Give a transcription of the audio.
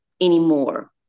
anymore